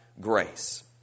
grace